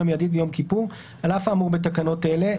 מיידית ביום כיפור על אף האמור בתקנות אלה,